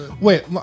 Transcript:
Wait